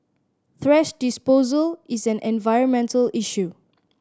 thrash disposal is an environmental issue